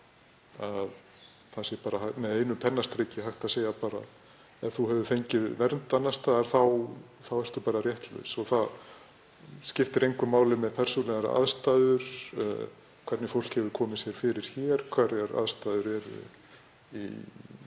að það sé bara með einu pennastriki hægt að segja: Ef þú hefur fengið vernd annars staðar þá ertu bara réttlaus. Það skiptir engu máli með persónulegar aðstæður, hvernig fólk hefur komið sér fyrir hér, hverjar aðstæður eru í